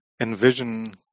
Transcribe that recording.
envision